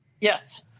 Yes